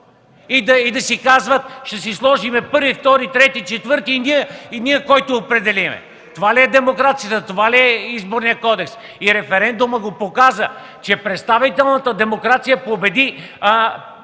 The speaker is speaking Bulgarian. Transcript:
и да казват: „Ще си сложим първи, втори, трети, четвърти – ние, който определим.” Това ли е демокрацията, това ли е Изборният кодекс? Референдумът показа, че представителната демокрация победи,